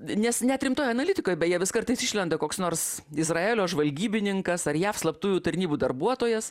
nes net rimtoje analitikoj beje vis kartais išlenda koks nors izraelio žvalgybininkas ar jav slaptųjų tarnybų darbuotojas